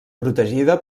protegida